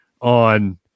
on